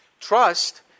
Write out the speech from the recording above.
Trust